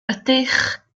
ydych